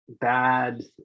bad